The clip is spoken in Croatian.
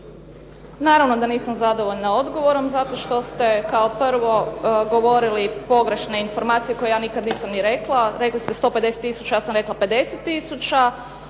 Naravno da nisam zadovoljna odgovorom zato što ste, kao prvo, govorili pogrešne informacije koja ja nikad nisam ni rekla. Rekli ste 150 tisuća, ja sam rekla 50 tisuća.